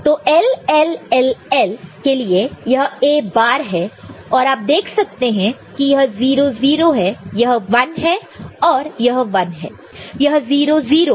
तो L L L L के लिए यह A बार है और आप देख सकते हैं कि यह 0 0 है यह 1 है और यह 1 है यह 0 0 है